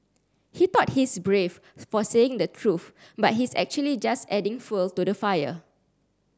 he thought he's brave for saying the truth but he's actually just adding fuel to the fire